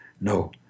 No